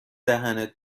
دهنت